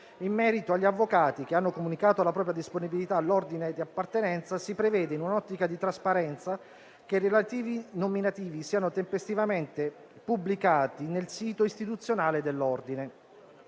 In merito agli avvocati che hanno comunicato la propria disponibilità all'ordine di appartenenza, si prevede, in un'ottica di trasparenza, che i relativi nominativi siano tempestivamente pubblicati nel sito istituzionale dell'ordine.